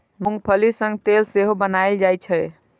मूंंगफली सं तेल सेहो बनाएल जाइ छै